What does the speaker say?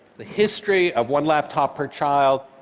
the history of one laptop per child,